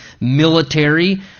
military